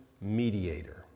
mediator